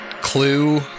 clue